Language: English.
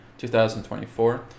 2024